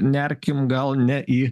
nerkim gal ne į